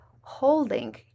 holding